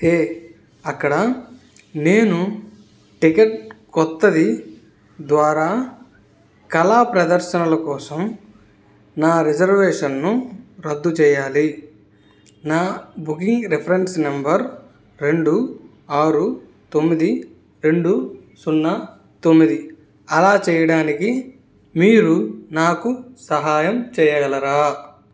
హే అక్కడ నేను టికెట్ కొత్తది ద్వారా కళా ప్రదర్శనలు కోసం నా రిజర్వేషన్లు రద్దు చేయాలి నా బుకింగ్ రిఫరెన్స్ నెంబర్ రెండు ఆరు తొమ్మిది రెండు సున్నా తొమ్మిది అలా చేయడానికి మీరు నాకు సహాయం చేయగలరా